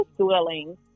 dwelling